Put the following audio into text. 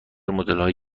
مدلهای